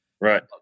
right